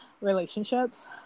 relationships